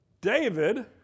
David